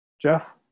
Jeff